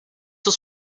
was